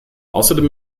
außerdem